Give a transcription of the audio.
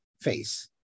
face